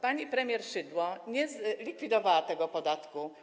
Pani premier Szydło nie zlikwidowała tego podatku.